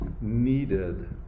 needed